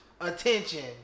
attention